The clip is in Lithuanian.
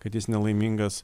kad jis nelaimingas